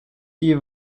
die